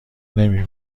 نمی